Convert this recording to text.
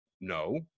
no